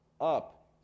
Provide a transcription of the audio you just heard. up